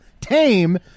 tame